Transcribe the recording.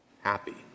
happy